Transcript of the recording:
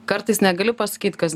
kartais negali pasakyt kas